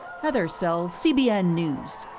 heather sells, cbn news.